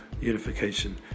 unification